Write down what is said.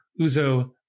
Uzo